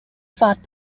fought